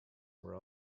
were